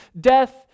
death